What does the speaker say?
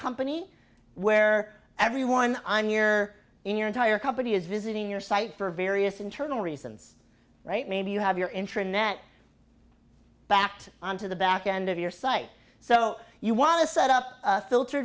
company where everyone i'm here in your entire company is visiting your site for various internal reasons right maybe you have your internet backed onto the back end of your site so you want to set up a filter